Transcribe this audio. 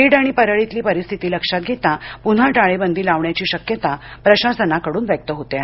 बीड आणि परळीतली परिस्थिती लक्षात घेता पुन्हा टाळेबंदी लावण्याची शक्यता प्रशासनाकडून व्यक्त होते आहे